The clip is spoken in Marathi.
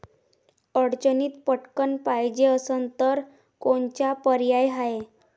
अडचणीत पटकण पायजे असन तर कोनचा पर्याय हाय?